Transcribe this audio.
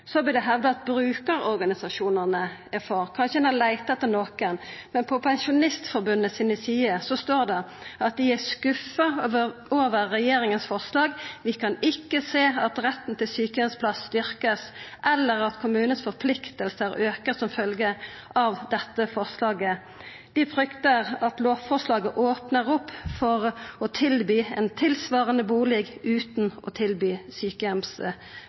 Så vert det hevda at brukarorganisasjonane er for. Kanskje har ein funne nokon, men på Pensjonistforbundet sine sider står det at dei er skuffa over regjeringa sitt forslag. «Vi kan ikke se at retten til sykehjemsplass styrkes eller at kommunenes forpliktelser øker som følge av dette lovforslaget.» Dei fryktar at lovforslaget opnar opp for å tilby ein tilsvarande bustad utan å tilby